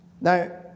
Now